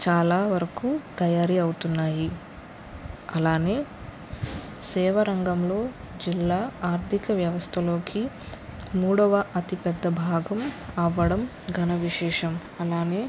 చాలావరకు తయారీ అవుతున్నాయి అలానే సేవరంగంలో జిల్లా ఆర్థిక వ్యవస్థలోకి మూడవ అతిపెద్ద భాగం అవ్వడం ఘన విశేషం అలానే